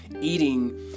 eating